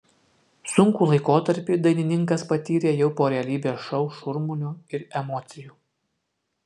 sunkų laikotarpį dainininkas patyrė jau po realybės šou šurmulio ir emocijų